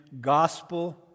gospel